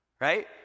Right